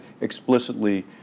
explicitly